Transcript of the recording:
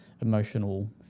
emotional